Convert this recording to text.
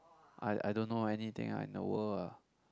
I I don't know anything I know world